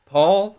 Paul